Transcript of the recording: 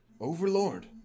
Overlord